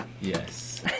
Yes